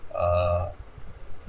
err